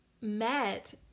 met